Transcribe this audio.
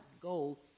goal